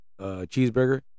cheeseburger